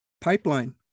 pipeline